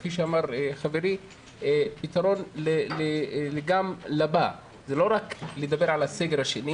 כפי שאמר חברי, גם לבא, לא רק לדבר על הסגר השני